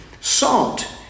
Salt